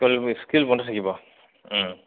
school school বন্ধ থাকিব